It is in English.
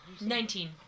Nineteen